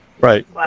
Right